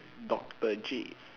doctor J